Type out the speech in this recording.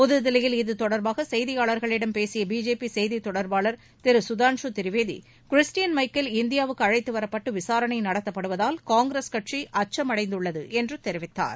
புதுதில்லியில் இது தொடர்பாக செய்தியாளர்களிடம் பேசிய பிஜேபி செய்தித் தொடர்பாளர் திரு கதான்ஷி திரிவேதி கிறிஸ்டியன் மைக்கேல் இந்தியாவுக்கு அழழத்துவரப்பட்டு விசாரணை நடத்தப்படுவதால் காங்கிரஸ் கட்சி அச்சமடைந்துள்ளது என்று தெரிவித்தார்